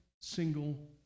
single